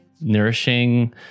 nourishing